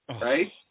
Right